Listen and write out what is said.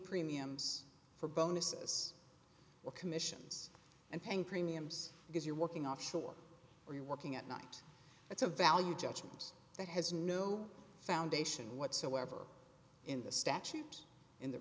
premiums for bonuses or commissions and paying premiums because you're working offshore or you're working at night that's a value judgment that has no foundation whatsoever in the statute in the